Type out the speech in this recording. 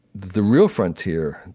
the real frontier,